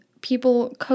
people